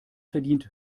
verdient